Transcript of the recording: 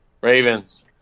Ravens